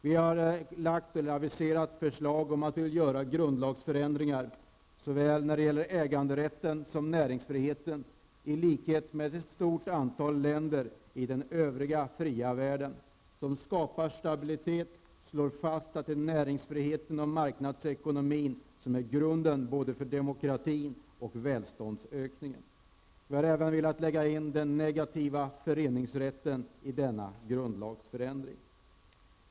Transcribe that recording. Vi aviserar förslag om grundlagsförändringar såväl när det gäller äganderätten som när det gäller näringsfriheten, i likhet med ett stort antal länder i den övriga fria världen. Det skapar stabilitet och slår fast att det är näringsfriheten och marknadsekonomin som är grunden för både demokratin och välståndsökningen. Vi har även velat lägga in den negativa föreningsrätten i denna grundlagsförändring.